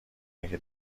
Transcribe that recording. اگه